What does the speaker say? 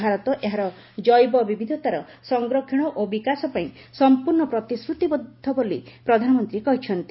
ଭାରତ ଏହାର ଜୈବ ବିବିଧତାର ସଫରକ୍ଷଣ ଓ ବିକାଶ ପାଇଁ ସଫୂର୍ଣ୍ଣ ପ୍ରତିଶ୍ରତିବଦ୍ଧ ବୋଲି ପ୍ରଧାନମନ୍ତ୍ରୀ କହିଛନ୍ତି